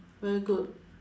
very good